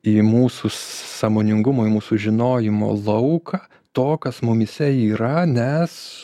į mūsų sąmoningumo į mūsų žinojimo lauką to kas mumyse yra nes